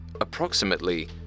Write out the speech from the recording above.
approximately